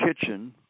Kitchen